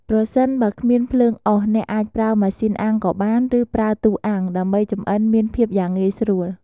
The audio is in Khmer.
ប្រសិនបើគ្មានភ្លើងអុស អ្នកអាចប្រើម៉ាស៊ីនអាំងក៏បាន ឬប្រើទូអាំង ដើម្បីចម្អិនមានភាពយ៉ាងងាយស្រួល។